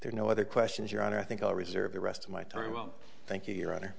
are no other questions your honor i think i'll reserve the rest of my time well thank you your honor